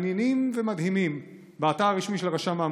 מעניינים ומדהימים באתר הרשמי של רשם העמותות.